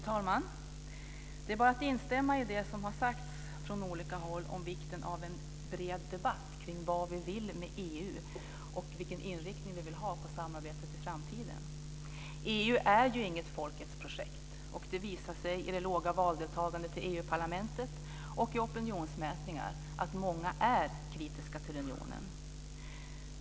Fru talman! Det är bara att instämma i det som har sagts från olika håll om vikten av en bred debatt kring vad vi vill med EU och vilken inriktning vi vill ha på samarbetet i framtiden. EU är inget folkets projekt. Det har visat sig i det låga valdeltagandet i valet till Europaparlamentet och i opinionsmätningar att många är kritiska till unionen.